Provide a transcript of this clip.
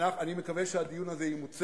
אני מקווה שהדיון הזה ימוצה,